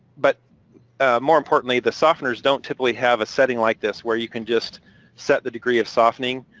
but more importantly the softeners don't typically have a setting like this where you can just set the degree of softening.